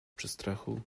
przestrachu